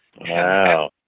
Wow